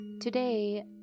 Today